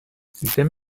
سیستم